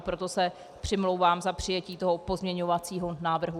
Proto se přimlouvám za přijetí toho pozměňovacího návrhu.